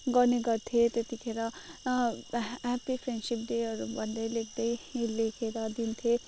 गर्ने गर्थेँ त्यतिखेर ह्या ह्यापी फ्रेन्डसिप डेहरू भन्दै लेख्दै यो लेखेर दिन्थेँ